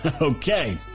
Okay